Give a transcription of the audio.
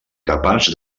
capaç